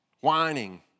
whining